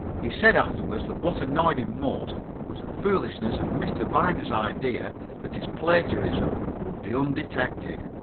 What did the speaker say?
he said afterwards that what annoyed him most was the foolishness of mr. binder's idea that his plagiarism would be undetected.